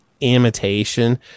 imitation